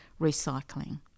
recycling